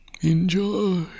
Enjoy